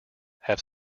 have